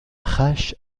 hash